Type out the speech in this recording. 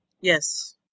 Yes